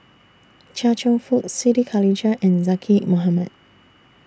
Chia Cheong Fook Siti Khalijah and Zaqy Mohamad